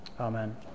Amen